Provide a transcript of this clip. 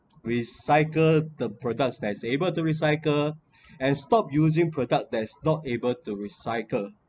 recycle the products that’s able to recycle and stop using product that is not able to recycle